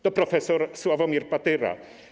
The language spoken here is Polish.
To prof. Sławomir Patyra.